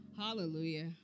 hallelujah